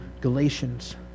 Galatians